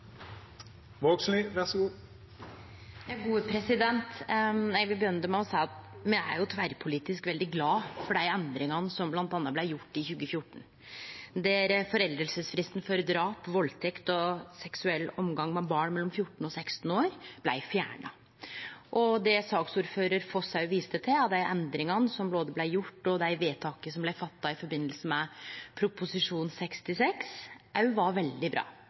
tverrpolitisk veldig glade for dei endringane som bl.a. blei gjorde i 2014, der foreldingsfristen for drap, valdtekt og seksuell omgang med barn mellom 14 og 16 år blei fjerna. Det saksordførar Foss viste til, dei endringane og dei vedtaka som blei gjorde i forbindelse med Prop. 66 L for 2019–2020, var òg veldig bra.